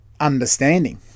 understanding